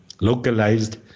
localized